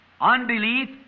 Unbelief